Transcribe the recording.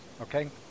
Okay